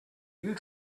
you